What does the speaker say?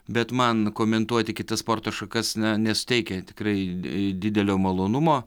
bet man komentuoti kitas sporto šakas net nesuteikia tikrai e didelio malonumo